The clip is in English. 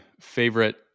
favorite